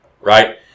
Right